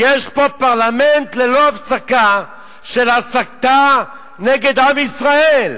יש פה פרלמנט ללא הפסקה של הסתה נגד עם ישראל.